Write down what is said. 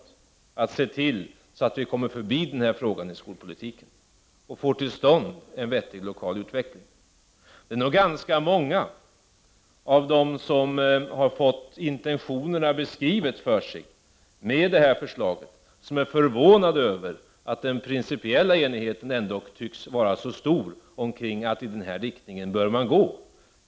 Vi måste ju se till att vi kommer förbi den här frågan i skolpolitiken och får till stånd en vettig lokal utveckling. Det är nog ganska många av dem som har fått intentionerna i det här förslaget beskrivna för sig som är förvånade över att den principiella enigheten ändock tycks vara så stor om att det är i den här riktningen som man bör gå.